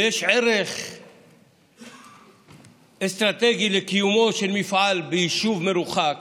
ויש ערך אסטרטגי לקיומו של מפעל ביישוב מרוחק